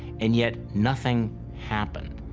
and yet, nothing happened.